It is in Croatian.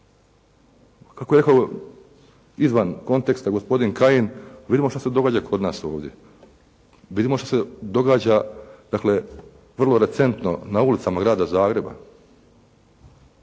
Kako je rekao izvan konteksta gospodin Kajin da vidimo što se događa kod nas ovdje. Vidimo što se događa dakle vrlo recentno na ulicama grada Zagreba.